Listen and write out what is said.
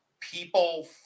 people